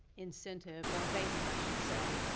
incentive. or abatement, i should say.